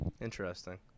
Interesting